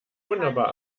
wunderbar